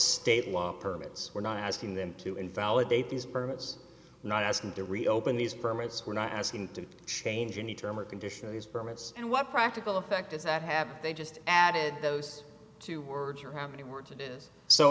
state law permits we're not asking them to invalidate these permits not asking to reopen these permits we're not asking to change any term or condition of these permits and what practical effect is that have they just added those two words or how many words it is so